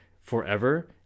Forever